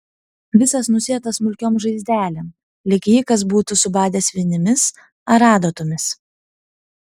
visas nusėtas smulkiom žaizdelėm lyg jį kas būtų subadęs vinimis ar adatomis